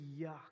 yuck